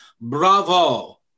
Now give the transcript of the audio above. Bravo